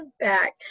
back